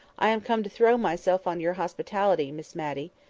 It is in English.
i am come to throw myself on your hospitality, miss matty.